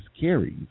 carries